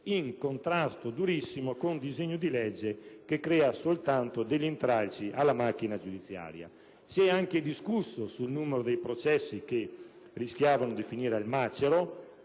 in contrasto durissimo con un provvedimento che crea soltanto intralci alla macchina giudiziaria. Si è anche discusso del numero dei processi che rischiavano di finire al macero,